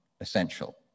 essential